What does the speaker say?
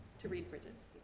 to read bridget's